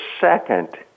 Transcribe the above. second